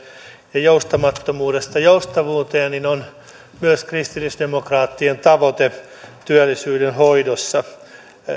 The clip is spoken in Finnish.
ja joustamattomuudesta joustavuuteen on myös kristillisdemokraattien tavoite työllisyyden hoidossa